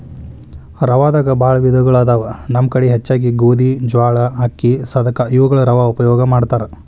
ರವಾದಾಗ ಬಾಳ ವಿಧಗಳು ಅದಾವ ನಮ್ಮ ಕಡೆ ಹೆಚ್ಚಾಗಿ ಗೋಧಿ, ಜ್ವಾಳಾ, ಅಕ್ಕಿ, ಸದಕಾ ಇವುಗಳ ರವಾ ಉಪಯೋಗ ಮಾಡತಾರ